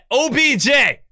OBJ